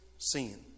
sin